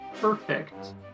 perfect